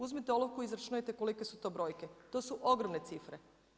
Uzmite olovku i izračunajte kolike su to brojke, to su ogromne cifre.